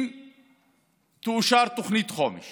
אם תאושר תוכנית חומש